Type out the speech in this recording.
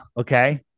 Okay